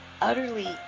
utterly